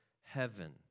heaven